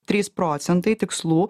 trys procentai tikslų